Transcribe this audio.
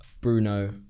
Bruno